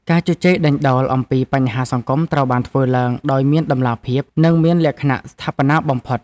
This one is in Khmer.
ការជជែកដេញដោលអំពីបញ្ហាសង្គមត្រូវបានធ្វើឡើងដោយមានតម្លាភាព និងមានលក្ខណៈស្ថាបនាបំផុត។